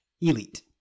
Elite